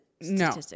no